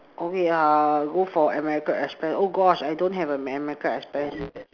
okay I'll go for american express oh gosh I don't have am~ american express